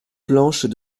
planches